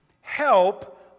help